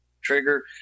trigger